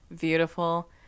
Beautiful